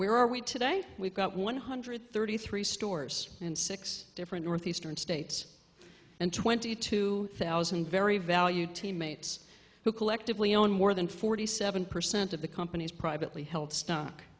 where are we today we've got one hundred thirty three stores in six different northeastern states and twenty two thousand very valued teammates who collectively own more than forty seven percent of the company's privately held stock